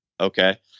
Okay